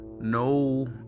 no